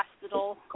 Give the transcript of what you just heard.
hospital